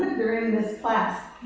during this class.